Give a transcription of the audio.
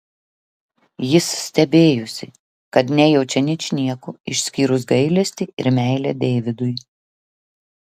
jis stebėjosi kad nejaučia ničnieko išskyrus gailestį ir meilę deividui